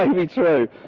um be true,